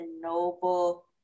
Noble